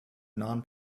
non